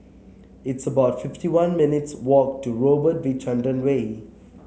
it's about fifty one minutes walk to Robert V Chandran Way